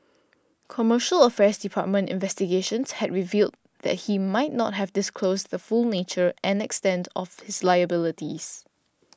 Commercial Affairs Department investigations had revealed that he might not have disclosed the full nature and extent of his liabilities